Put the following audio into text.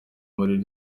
muri